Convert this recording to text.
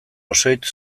osoitz